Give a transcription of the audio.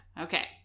okay